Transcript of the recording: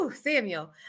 samuel